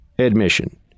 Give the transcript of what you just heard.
Admission